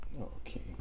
Okay